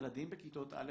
ילדים בכיתות א'-ב'